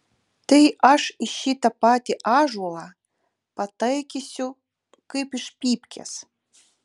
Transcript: tai aš į šitą patį ąžuolą pataikysiu kaip iš pypkės